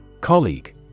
Colleague